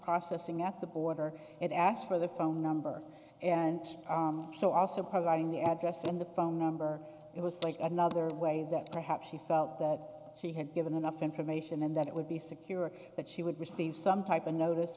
processing at the border it asked for the phone number and so also providing the address and the phone number it was like another way that perhaps she felt that she had given enough information and that it would be secure or that she would receive some type of notice